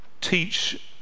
teach